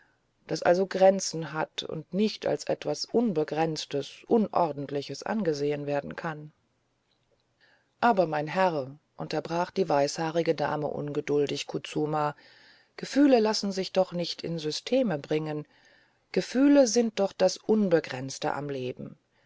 das also grenzen hat und nicht als etwas unbegrenztes unordentliches angesehen werden kann aber mein herr unterbrach die weißhaarige dame ungeduldig kutsuma gefühle lassen sich doch nicht in systeme bringen gefühle sind doch das unbegrenzte am leben